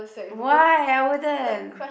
why I wouldn't